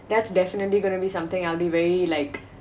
that's definitely going to be something I'll be very like